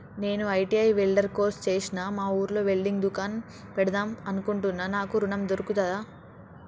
నేను ITI welder course చేశ్న మా ఊర్లో వెల్డింగ్ దుకాన్ పెడదాం అనుకుంటున్నా నాకు ఋణం దొర్కుతదా?